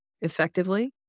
effectively